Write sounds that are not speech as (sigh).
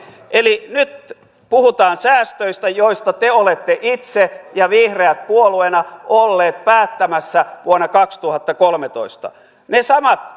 eli nyt puhutaan säästöistä joista te olette itse ja vihreät puolueena ollut päättämässä vuonna kaksituhattakolmetoista ne samat (unintelligible)